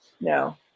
no